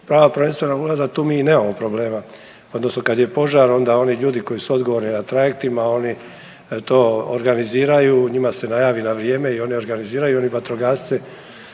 prava prvenstvenog ulaza tu mi nemamo problema odnosno kad je požar onda oni ljudi koji su odgovorni na trajektima oni to organiziraju, njima se najavi na vrijeme i oni organiziraju vatrogasce